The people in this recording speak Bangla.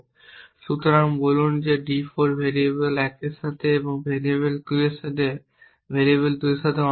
সুতরাং বলুন শুধুমাত্র d 4 ভেরিয়েবল 1 এর সাথে এবং ভেরিয়েবল 2 এর সাথে ভেরিয়েবল 2 এর সাথে অংশগ্রহণ করে